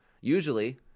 Usually